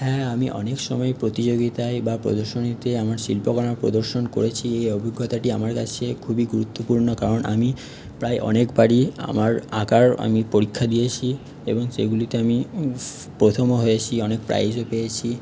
হ্যাঁ আমি অনেক সময় প্রতিযোগিতায় বা প্রদর্শনীতে আমার শিল্পকর্মের প্রদর্শন করেছি এই অভিজ্ঞতাটি আমার কাছে খুবই গুরুত্বপূর্ণ কারণ আমি প্রায় অনেকবারই আমি আমার আঁকার আমি পরীক্ষা দিয়েছি এবং সেগুলিতে আমি প্রথমও হয়েছি অনেক প্রাইজও পেয়েছি